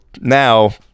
now